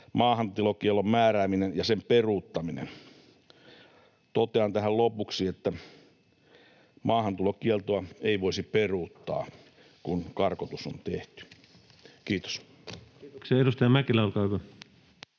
Maahantulokiellon määrääminen ja sen peruuttaminen. Totean tähän lopuksi, että maahantulokieltoa ei voisi peruuttaa, kun karkotus on tehty. — Kiitos. Kiitoksia. — Edustaja Mäkelä, olkaa hyvä.